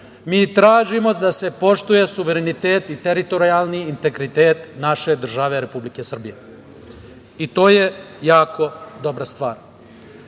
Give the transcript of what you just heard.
Mi tražimo da se poštuje suverenitet i teritorijalni i integritet naše države Republike Srbije. To je jako dobra